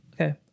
Okay